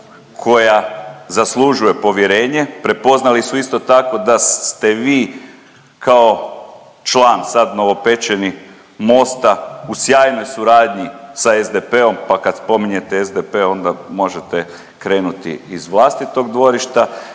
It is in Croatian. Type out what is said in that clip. koja zaslužuje povjerenje, prepoznali su isto tako, da ste vi kao član sad novopečeni Mosta u sjajnoj suradnji sa SDP-om pa kad spominjete SDP onda možete krenuti iz vlastitog dvorišta,